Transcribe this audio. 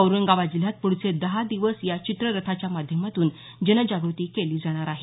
औरंगाबाद जिल्ह्यात पुढचे दहा दिवस या चित्ररथाच्या माध्यमातून जनजागृती केली जाणार आहे